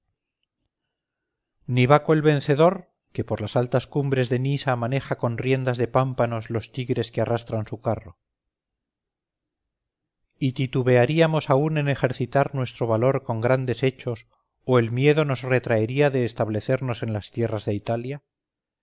ni baco el vencedor que por las altas cumbres de nisa maneja con riendas de pámpanos los tigres que arrastran su carro y titubearíamos aún en ejercitar nuestro valor con grandes hechos o el miedo nos retraería de establecernos en las tierras de italia